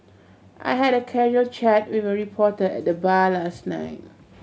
I had a casual chat with a reporter at the bar last night